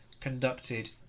conducted